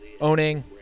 owning